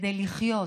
כדי לחיות.